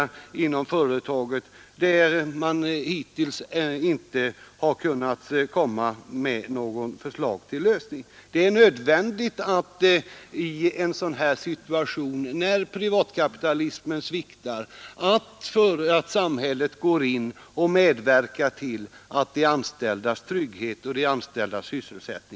Jag kan nämna att i Göteborg går 600 anställda i oro för framtiden.